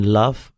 love